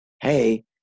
hey